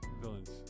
Villains